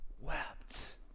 wept